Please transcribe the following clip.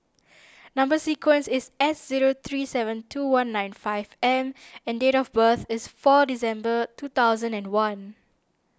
Number Sequence is S zero three seven two one nine five M and date of birth is four December two thousand and one